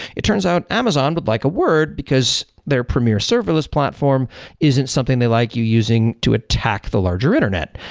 it turns out amazon would but like a word, because their premier serverless platform isn't something they like you using to attack the larger internet.